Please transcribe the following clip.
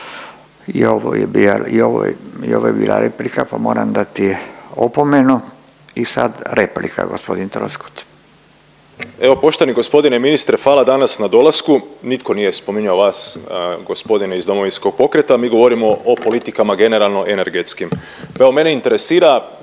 i ovo je bila replika pa moram dati opomenu. I sad replika gospodin Troskot. **Troskot, Zvonimir (MOST)** Evo poštovani gospodine ministre hvala danas na dolasku, nitko nije spominjao vas gospodine iz Domovinskog pokreta, mi govorimo o politikama generalno energetskim. Evo mene interesira